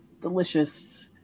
delicious